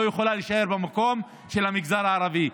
היא לא יכולה להישאר במקום של המגזר הערבי.